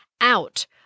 out